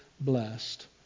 blessed